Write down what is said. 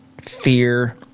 fear